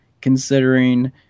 considering